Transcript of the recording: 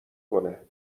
کنه